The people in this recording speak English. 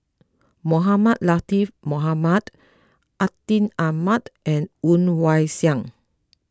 Mohamed Latiff Mohamed Atin Amat and Woon Wah Siang